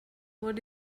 what